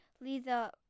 Lisa